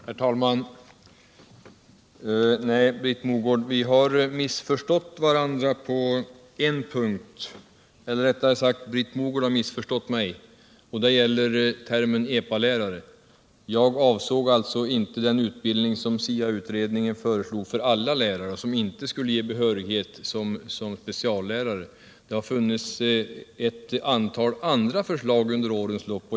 Herr talman! Nej, Britt Mogård, vi har missförstått varandra på en punkt eller, rättare sagt, Britt Mogård har missförstått mig beträffande termen Epalärare. Jag avsåg inte den utbildning som SIA utredningen föreslog för alla lärare och som inte skulle ge behörighet som speciallärare. Det har funnits ett antal andra förslag under årens lopp.